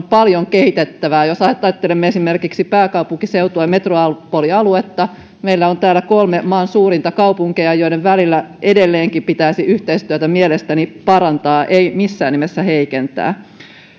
paljon kehitettävää jos ajattelemme esimerkiksi pääkaupunkiseutua ja metropolialuetta meillä on täällä kolme maan suurinta kaupunkia joiden välillä edelleenkin pitäisi yhteistyötä mielestäni parantaa ei missään nimessä heikentää